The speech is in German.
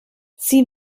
sie